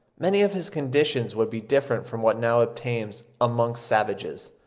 many of his conditions would be different from what now obtains amongst savages.